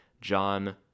John